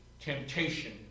temptation